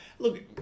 Look